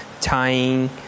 tying